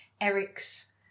eric's